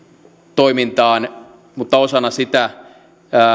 toimintaan mutta osana sitä